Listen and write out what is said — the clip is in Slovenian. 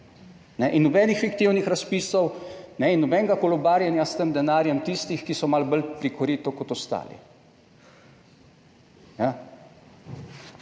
in nobenih fiktivnih razpisov ne in nobenega kolobarjenja s tem denarjem tistih, ki so malo bolj pri koritu kot ostali.